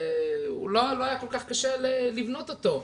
לא היה כל כך קשה לבנות אותו.